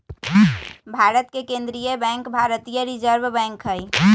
भारत के केंद्रीय बैंक भारतीय रिजर्व बैंक हइ